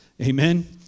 Amen